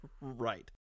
right